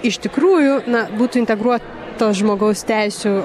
iš tikrųjų būtų integruotos žmogaus teisių